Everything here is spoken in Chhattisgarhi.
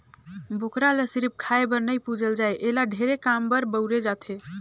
बोकरा ल सिरिफ खाए बर नइ पूजल जाए एला ढेरे काम बर बउरे जाथे